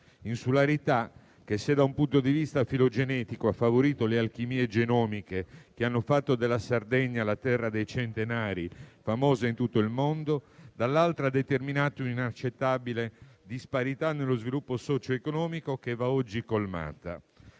Questa, se da un punto di vista filogenetico ha favorito le alchimie genomiche, che hanno fatto della Sardegna la terra dei centenari famosa in tutto il mondo, dall'altra ha determinato un'inaccettabile disparità nello sviluppo socioeconomico che va oggi colmata.